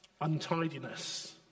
untidiness